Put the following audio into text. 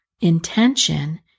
intention